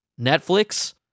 Netflix